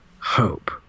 hope